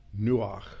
nuach